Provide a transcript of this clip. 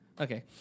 Okay